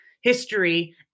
history